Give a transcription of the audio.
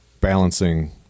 balancing